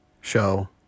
show